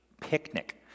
picnic